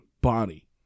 body